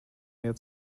mehr